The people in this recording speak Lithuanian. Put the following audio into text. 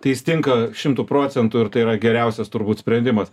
tai jis tinka šimtu procentų ir tai yra geriausias turbūt sprendimas